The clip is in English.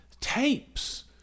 Tapes